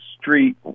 street